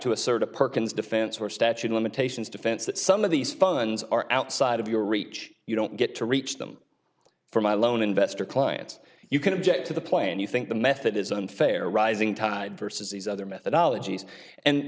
to assert a perkins defense or statute of limitations defense that some of these funds are outside of your reach you don't get to reach them for my loan investor clients you can object to the plan you think the method is unfair rising tide versus these other methodology and